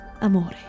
amore